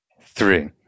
three